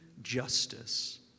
justice